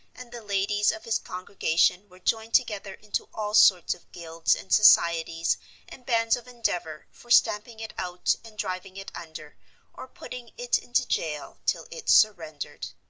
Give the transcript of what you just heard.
and the ladies of his congregation were joined together into all sorts of guilds and societies and bands of endeavour for stamping it out and driving it under or putting it into jail till it surrendered.